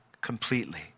completely